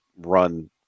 run